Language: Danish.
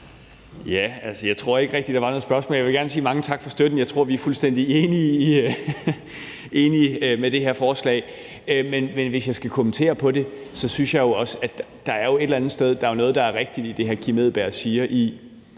(DF): Jeg tror ikke rigtig, der var noget spørgsmål. Jeg vil gerne sige mange tak for støtten. Jeg tror, vi er fuldstændig enige, når det gælder det her forslag. Men hvis jeg skal kommentere på det, så synes jeg jo også, at der et eller andet sted er noget rigtigt i det, hr. Kim Edberg Andersen